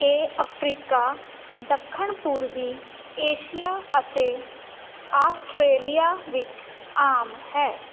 ਇਹ ਅਫਰੀਕਾ ਦੱਖਣ ਪੂਰਬੀ ਏਸ਼ੀਆ ਅਤੇ ਆਸਟਰੇਲੀਆ ਵਿੱਚ ਆਮ ਹੈ